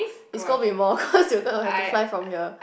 is gonna be more cause we are going to have to fly from here